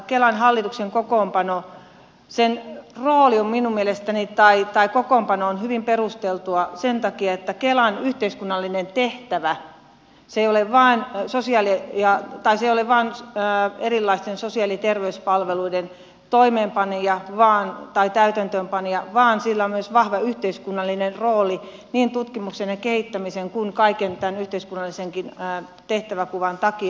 kelan hallituksen kokoonpano on minun mielestäni tai tai kokoonpanoon hyvin perusteltu sen takia että kelan yhteiskunnallinen tehtävä ei ole vain erilaisten sosiaali ja ottaisi olevan enää erilaisten sosiaali terveyspalveluiden täytäntöönpanija vaan sillä on myös vahva yhteiskunnallinen rooli niin tutkimuksen ja kehittämisen kuin kaiken tämän yhteiskunnallisenkin tehtäväkuvan takia